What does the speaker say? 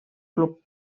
club